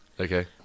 Okay